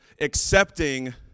accepting